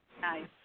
nice